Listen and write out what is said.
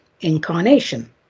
incarnation